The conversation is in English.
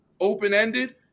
open-ended